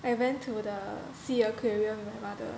I went to the SEA aquarium with my mother